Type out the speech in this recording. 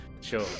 sure